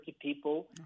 people